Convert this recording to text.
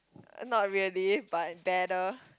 uh not really but better